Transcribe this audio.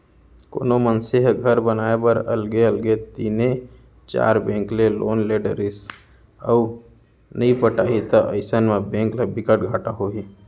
कोनो मनसे ह घर बनाए बर अलगे अलगे तीनए चार बेंक ले लोन ले डरिस अउ नइ पटाही त अइसन म बेंक ल बिकट घाटा होही